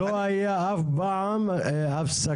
לא היה אף פעם הפסקות,